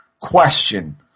Question